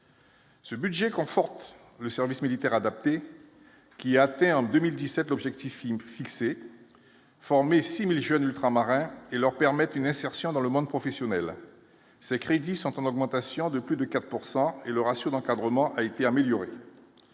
Ce budget conforte le service militaire adapté qui atteint en 2017 objectif il fixer former 6000 jeunes ultramarins et leur permettre une insertion dans le monde professionnel, ces crédits sont en augmentation de plus de 4 pourcent et le ratio d'encadrement a été améliorée,